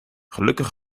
gelukkig